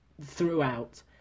throughout